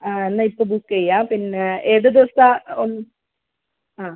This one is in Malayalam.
ആ എന്നാൽ ഇപ്പോൾ ബുക്ക് ചെയ്യാം പിന്നെ ഏത് ദിവസമാണ് ആ